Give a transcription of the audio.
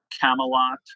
Camelot